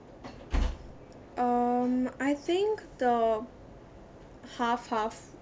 um I think the half half